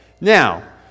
Now